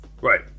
Right